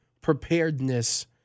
preparedness